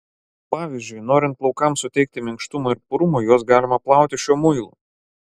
pavyzdžiui norint plaukams suteikti minkštumo ir purumo juos galima plauti šiuo muilu